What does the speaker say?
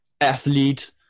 athlete